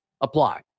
apply